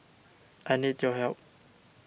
I need your help